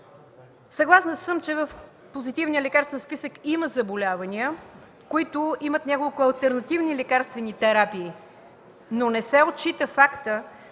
Съгласна съм, че в Позитивния лекарствен списък има заболявания, които имат няколко алтернативни лекарствени терапии. Не се отчита обаче